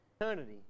eternity